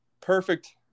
perfect